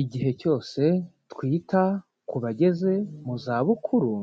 Igihe cyose twita ku bageze mu zabukuru,